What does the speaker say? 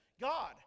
God